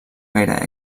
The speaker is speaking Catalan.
gaire